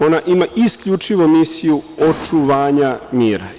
Ona ima isključivo misiju očuvanja mira.